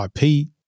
IP